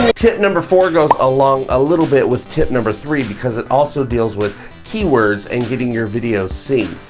ah tip number four goes along a little bit with tip number three because it also deals with keywords and getting your video seen.